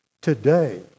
Today